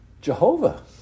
Jehovah